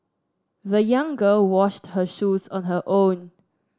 the young girl washed her shoes on her own